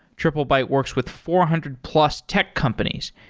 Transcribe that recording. triplebyte works with four hundred plus tech companies,